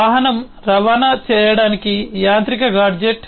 వాహనం రవాణా చేయడానికి యాంత్రిక గాడ్జెట్